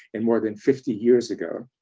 and more than fifty years ago.